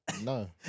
No